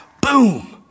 boom